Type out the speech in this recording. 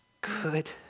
good